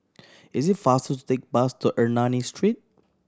is it faster to take bus to Ernani Street